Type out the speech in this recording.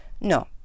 No